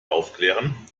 aufklären